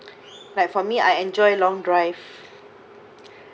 like for me I enjoy long drive